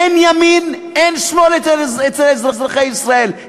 אין ימין ואין שמאל אצל אזרחי ישראל,